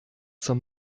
zur